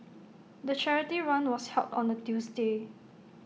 the charity run was held on A Tuesday